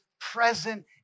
present